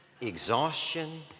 exhaustion